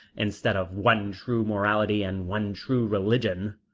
instead of one true morality and one true religion.